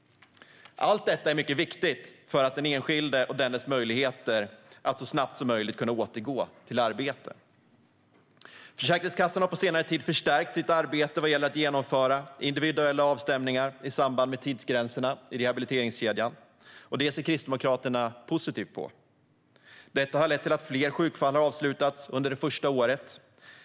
Allt detta är mycket viktigt för att den enskilde så snabbt som möjligt ska kunna återgå till arbete. Försäkringskassan har på senare tid förstärkt sitt arbete med att genomföra individuella avstämningar i samband med tidsgränserna i rehabiliteringskedjan. Detta ser Kristdemokraterna som mycket positivt. Det här har lett till att fler sjukfall har avslutats under det första året.